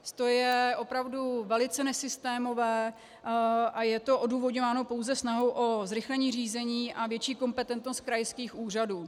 To je opravdu velice nesystémové a je to odůvodňováno pouze snahou o zrychlení řízení a větší kompetentnost krajských úřadů.